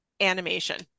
animation